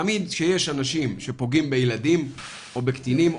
תמיד כשיש אנשים שפוגעים בילדים או בקטינים,